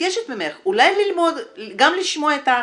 מבקשת ממך, אולי גם ללמוד לשמוע את האחרים.